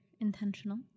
intentional